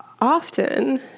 often